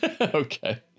Okay